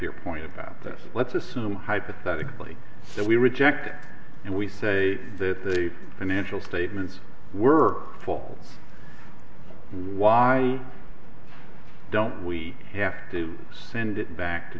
your point about this let's assume hypothetically so we reject it and we say that the financial statements were full why don't we have to send it back to